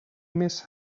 miss